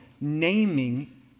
naming